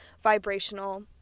vibrational